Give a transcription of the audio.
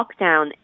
lockdown